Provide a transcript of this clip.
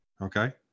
Okay